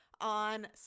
on